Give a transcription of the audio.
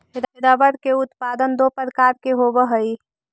rubber के उत्पादन दो प्रकार से होवऽ हई